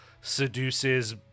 seduces